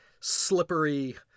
slippery